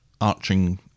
arching